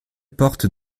portent